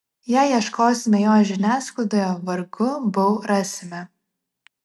jei ieškosime jo žiniasklaidoje vargu bau rasime